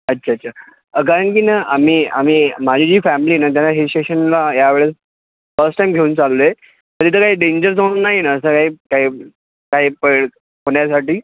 अच्छा अच्छा कारण की ना आम्ही आम्ही माझी जी फॅमिली आहे ना त्यांना हिल स्टेशनला यावेळेस फस्ट टाईम घेऊन चाललो आहे तर तिथं काय डेंजर झोन नाही आहे ना असा काही काय काय पळ पडण्यासाठी